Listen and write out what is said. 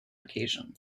occasion